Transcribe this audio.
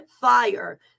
fire